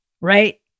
right